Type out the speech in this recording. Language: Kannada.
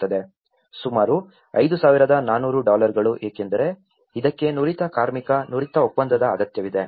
ಸುಮಾರು 5400 ಡಾಲರ್ಗಳು ಏಕೆಂದರೆ ಇದಕ್ಕೆ ನುರಿತ ಕಾರ್ಮಿಕ ನುರಿತ ಒಪ್ಪಂದದ ಅಗತ್ಯವಿದೆ